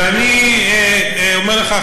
ואני אומר לך,